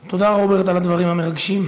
תודה, רוברט, על הדברים המרגשים.